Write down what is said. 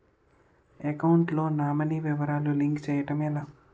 Account లో nominee వివరాలు link చేయటం ఎలా?